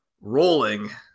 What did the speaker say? rolling